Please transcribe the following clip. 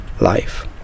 life